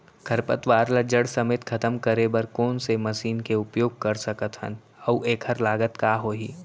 खरपतवार ला जड़ समेत खतम करे बर कोन से मशीन के उपयोग कर सकत हन अऊ एखर लागत का होही?